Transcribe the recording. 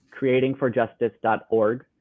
creatingforjustice.org